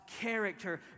character